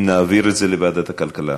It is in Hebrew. אם נעביר את לוועדת הכלכלה,